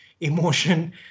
emotion